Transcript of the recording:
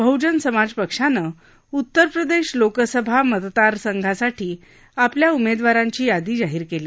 बहुजन समाज पक्षानं उत्तरप्रदक्षलोकसभा मतदारसंघासाठी आपल्या उमध्वारांची यादी आज जाहीर क्ली